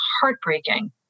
heartbreaking